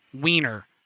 Wiener